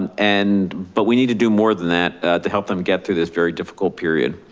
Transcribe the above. and and but we need to do more than that to help them get through this very difficult period.